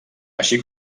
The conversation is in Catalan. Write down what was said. així